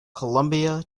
colombia